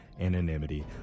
anonymity